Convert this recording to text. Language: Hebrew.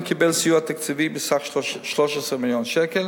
קיבל סיוע תקציבי בסך 13 מיליון שקל